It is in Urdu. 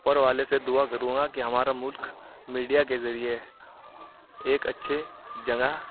اوپر والے سے دعا کروں گا کہ ہمارا ملک میڈیا کے ذریعے ایک اچھے جگہ